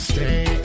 Stay